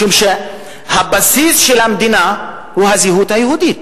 משום שהבסיס של המדינה הוא הזהות היהודית,